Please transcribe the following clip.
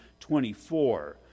24